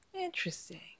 Interesting